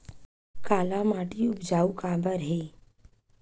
काला माटी उपजाऊ काबर हे?